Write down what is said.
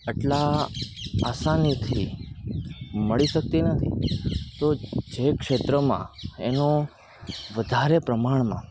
આટલા આસાનીથી મળી શકતી નથી તો જે ક્ષેત્રોમાં એનો વધારે પ્રમાણમાં